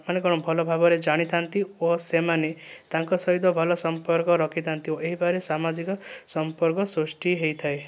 ମାନେ କ'ଣ ଭଲ ଭାବରେ ଜାଣିଥାନ୍ତି ଓ ସେମାନେ ତାଙ୍କ ସହିତ ଭଲ ସମ୍ପର୍କ ରଖିଥାନ୍ତି ଓ ଏହିପରି ସାମାଜିକ ସମ୍ପର୍କ ସୃଷ୍ଟି ହେଇଥାଏ